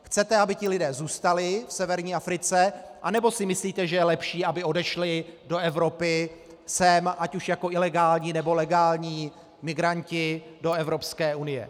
Chcete, aby ti lidé zůstali v severní Africe, anebo si myslíte, že je lepší, aby odešli do Evropy, sem, ať už jako ilegální, nebo legální migranti do Evropské unie?